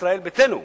ביתנו,